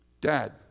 Dad